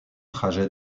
trajet